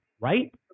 Right